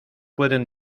pueden